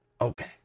Okay